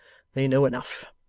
they know enough.